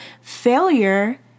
failure